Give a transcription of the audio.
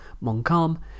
Montcalm